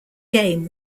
game